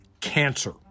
cancer